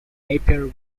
napier